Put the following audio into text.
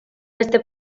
beste